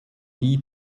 die